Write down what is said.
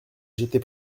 j’étais